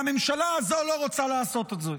והממשלה הזו לא רוצה לעשות את זה.